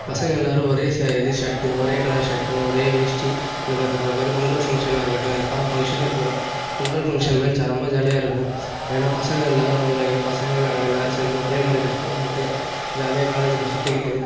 பசங்க எல்லாரும் ஒரே ச இது ஷர்ட்டு ஒரே கலர் ஷர்ட்டு ஒரே வேஷ்டி இந்த மாதிரி தான் அது மாதிரி பொங்கல் ஃபங்க்ஷனாக இருக்கட்டும் எல்லாம் ஃபங்க்ஷனுக்குமே பொங்கல் ஃபங்க்ஷன்லாம் செம்மை ஜாலியாக இருக்கும் ஏன்னால் பசங்க எல்லோரும் வந்துடுவாய்ங்க பசங்க நாங்கள் எல்லோரும் சேர்ந்து ஒரே மாதிரி ட்ரெஸ் பண்ணிக்கிட்டு ஜாலியாக காலேஜில் சுற்றிக்கிட்டு